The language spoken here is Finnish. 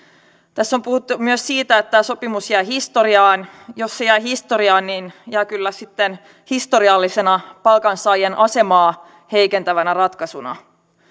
tässä on puhuttu myös siitä että tämä sopimus jää historiaan jos se jää historiaan niin jää kyllä sitten historiallisena palkansaajien asemaa heikentävänä ratkaisuna